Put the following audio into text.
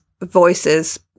voices